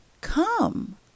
Come